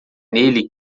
nele